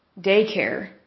daycare